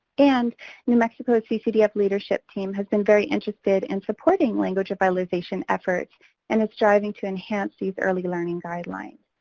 and new mexico ccdf leadership team has been very interested in supporting language revitalization efforts and is driving to enhance these early learning guidelines.